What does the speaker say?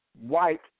White